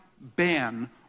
ban